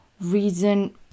reason